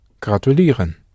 gratulieren